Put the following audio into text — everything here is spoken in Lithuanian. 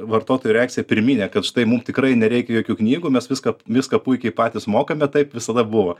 vartotojų reakcija pirminė kad štai mum tikrai nereikia jokių knygų mes viską viską puikiai patys mokame taip visada buvo